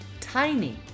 tiny